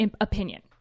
opinion